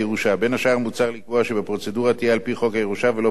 מוצע לקבוע שהפרוצדורה תהיה על-פי חוק הירושה ולא על-פי פקודת הירושה.